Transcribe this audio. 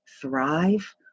thrive